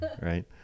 right